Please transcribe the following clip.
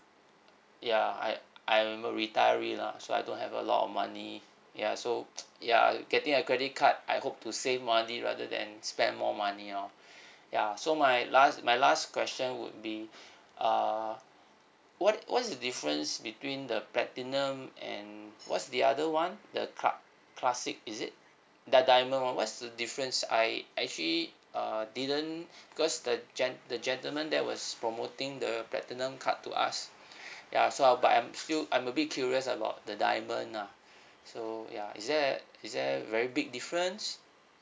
ya I I'm a retiree lah so I don't have a lot of money ya so ya getting a credit card I hope to save money rather than spend more money orh ya so my last my last question would be err what what's the difference between the platinum and what's the other one the club classic is it the diamond one what's the difference I actually err didn't because the gent~ the gentleman that was promoting the platinum card to us ya so I'll but I'm still I'm a bit curious about the diamond ah so ya is there is there very big difference